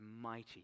mighty